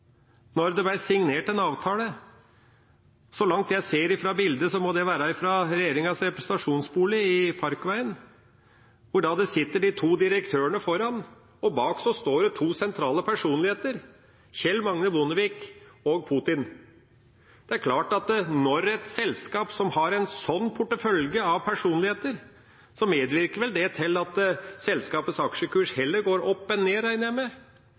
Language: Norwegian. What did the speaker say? Når det så gjelder børskursen, har jeg også en kommentar der. Telenor er et stort selskap, som har en betydelig statlig eierandel, og ikke nok med det. Jeg refererte til hva som skjedde i 2002, da det ble signert en avtale. Så langt jeg ser av bildet, må det være fra regjeringens representasjonsbolig i Parkveien, hvor de to direktørene sitter foran, og bak står det to sentrale personligheter, Kjell Magne Bondevik og Putin. Det er klart at når et selskap